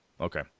Okay